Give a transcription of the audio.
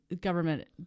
government